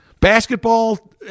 Basketball